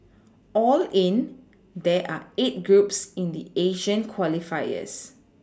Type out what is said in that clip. all in there are eight groups in the Asian qualifiers